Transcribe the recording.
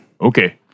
Okay